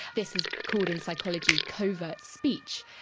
this is called in psychology covert speech,